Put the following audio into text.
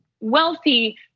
wealthy